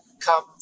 come